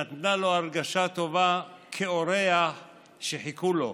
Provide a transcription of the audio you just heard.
נתנה לו הרגשה טובה כאורח שחיכו לו.